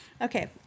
Okay